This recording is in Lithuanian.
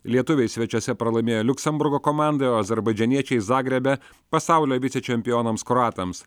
lietuviai svečiuose pralaimėjo liuksemburgo komandai o azerbaidžaniečiai zagrebe pasaulio vicečempionams kroatams